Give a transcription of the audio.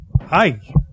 hi